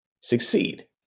succeed